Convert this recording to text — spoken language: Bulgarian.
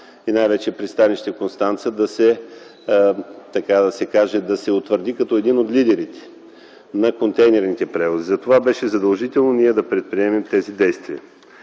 и най-вече пристанище Констанца да се утвърди като един от лидерите на контейнерните превози. Затова беше задължително ние да предприемем тези действия.